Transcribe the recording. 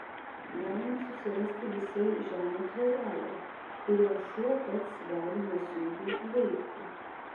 galima susirasti visai žemą tvorelę kurią šuo pats gali nesunkiai įveikti